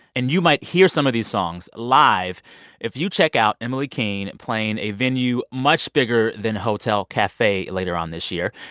and you might hear some of these songs live if you check out emily king playing a venue much bigger than hotel cafe later on this year.